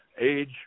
age